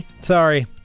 Sorry